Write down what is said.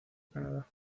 canadá